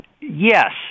Yes